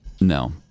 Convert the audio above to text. No